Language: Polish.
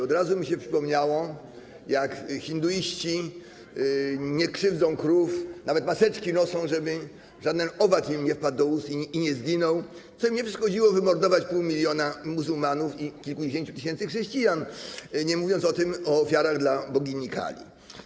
Od razu mi się przypomniało, jak hinduiści nie krzywdzą krów, nawet maseczki noszą, żeby żaden owad im nie wpadł do ust i nie zginął, co im nie przeszkodziło wymordować pół miliona muzułmanów i kilkudziesięciu tysięcy chrześcijan, nie mówiąc o ofiarach dla bogini Kali.